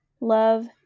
Love